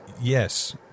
Yes